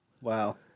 wow